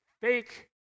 Fake